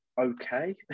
okay